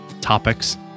topics